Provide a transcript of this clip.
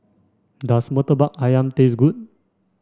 does Murtabak Ayam taste good